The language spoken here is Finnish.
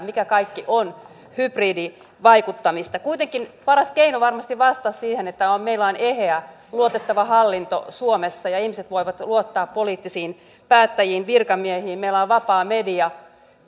mikä kaikki on hybridivaikuttamista kuitenkin varmasti paras keino vastata siihen on se että meillä on eheä luotettava hallinto suomessa ja ihmiset voivat luottaa poliittisiin päättäjiin virkamiehiin meillä on vapaa media